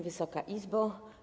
Wysoka Izbo!